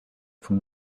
from